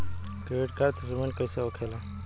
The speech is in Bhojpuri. क्रेडिट कार्ड से पेमेंट कईसे होखेला?